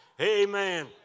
Amen